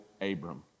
Abram